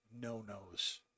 no-nos